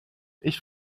ich